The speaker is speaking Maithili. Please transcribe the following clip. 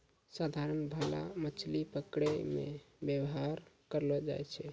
साधारण भाला मछली पकड़ै मे वेवहार करलो जाय छै